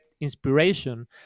inspiration